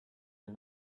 did